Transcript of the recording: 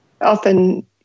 often